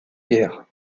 guerre